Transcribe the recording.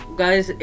guys